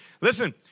Listen